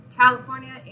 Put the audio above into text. California